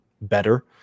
better